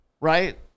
right